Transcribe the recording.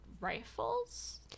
rifles